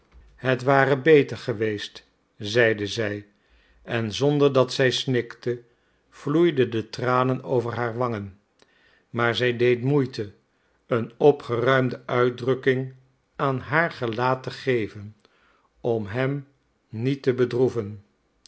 het ware beter geweest zeide zij en zonder dat zij snikte vloeiden de tranen over haar wangen maar zij deed moeite een opgeruimde uitdrukking aan haar gelaat te geven om hem niet te bedroeven